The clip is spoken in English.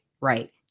Right